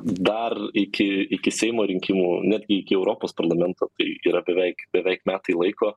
dar iki iki seimo rinkimų netgi iki europos parlamento tai yra beveik beveik metai laiko